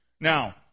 Now